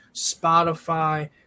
Spotify